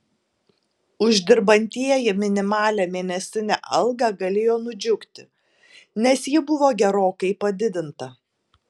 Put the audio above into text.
uždirbantieji minimalią mėnesinę algą galėjo nudžiugti nes ji buvo gerokai padidinta